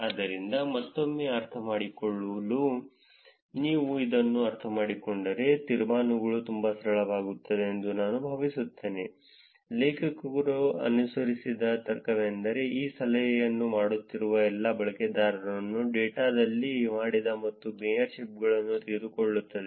ಆದ್ದರಿಂದ ಮತ್ತೊಮ್ಮೆ ಅರ್ಥಮಾಡಿಕೊಳ್ಳಲು ನೀವು ಇದನ್ನು ಅರ್ಥಮಾಡಿಕೊಂಡರೆ ತೀರ್ಮಾನಗಳು ತುಂಬಾ ಸರಳವಾಗುತ್ತವೆ ಎಂದು ನಾನು ಭಾವಿಸುತ್ತೇನೆ ಲೇಖಕರು ಅನುಸರಿಸಿದ ತರ್ಕವೆಂದರೆ ಈ ಸಲಹೆಯನ್ನು ಮಾಡುತ್ತಿರುವ ಎಲ್ಲಾ ಬಳಕೆದಾರರನ್ನು ಡೇಟಾದಲ್ಲಿ ಮಾಡಿದ ಮತ್ತು ಮೇಯರ್ಶಿಪ್ಗಳನ್ನು ತೆಗೆದುಕೊಳ್ಳುತ್ತದೆ